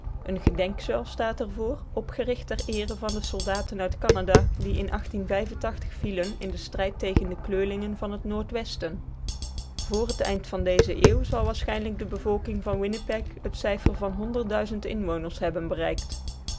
een gedenkzuil staat er voor opgericht ter eere van de soldaten uit canada die in vielen in den strijd tegen de kleurlingen van het noordwesten voor het eind dezer eeuw zal waarschijnlijk de bevolking van winnipeg het cijfer van inwoners hebben bereikt